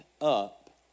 up